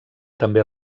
també